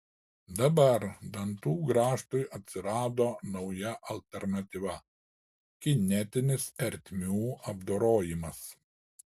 dabar dantų grąžtui atsirado nauja alternatyva kinetinis ertmių apdorojimas